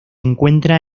encuentran